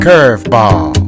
Curveball